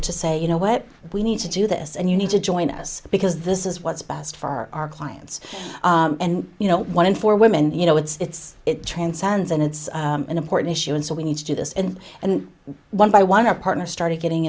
to say you know what we need to do this and you need to join us because this is what's best for our clients and you know one in four women you know it's it transcends and it's an important issue and so we need to do this and and one by one our partner started getting